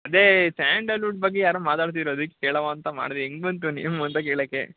ಅದೇ ಸ್ಯಾಂಡಲ್ವುಡ್ ಬಗ್ಗೆ ಯಾರೋ ಮಾತಾಡ್ತಿದ್ರು ಅದಕ್ಕೆ ಕೇಳುವ ಅಂತ ಮಾಡಿದೆ ಹೆಂಗ್ ಬಂತು ನೇಮು ಅಂತ ಕೇಳಕ್ಕೆ